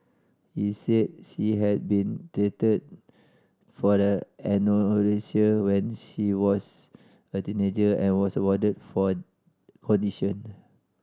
he said she had been treated for a anorexia when she was a teenager and was warded for condition